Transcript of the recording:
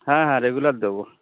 হ্যাঁ হ্যাঁ রেগুলার দেব